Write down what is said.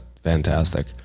fantastic